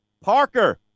Parker